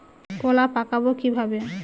কলা পাকাবো কিভাবে?